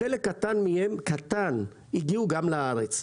חלק קטן מהם הגיעו גם לארץ.